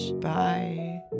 Bye